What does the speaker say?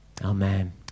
Amen